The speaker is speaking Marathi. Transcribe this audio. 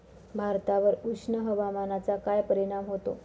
भातावर उष्ण हवामानाचा काय परिणाम होतो?